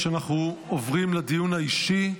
אנחנו עוברים לדיון האישי.